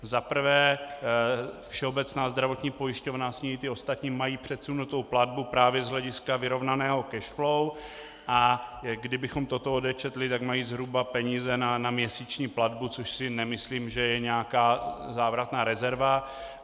Za prvé, Všeobecná zdravotní pojišťovna a s ní i ty ostatní mají předsunutou platbu právě z hlediska vyrovnaného cash flow, a kdybychom toto odečetli, tak mají zhruba peníze na měsíční platbu, což si nemyslím, že je nějaká závratná rezerva.